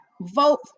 vote